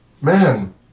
Man